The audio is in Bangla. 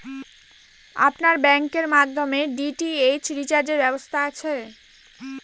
আপনার ব্যাংকের মাধ্যমে ডি.টি.এইচ রিচার্জের ব্যবস্থা আছে?